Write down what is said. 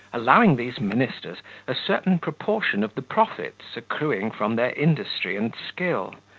allowing these ministers a certain proportion of the profits accruing from their industry and skill,